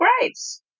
graves